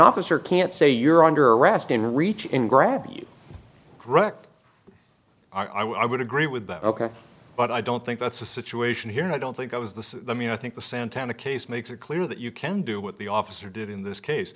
officer can say you're under arrest and reach in grab you correct i would agree with that ok but i don't think that's the situation here and i don't think i was the i think the santana case makes it clear that you can do what the officer did in this case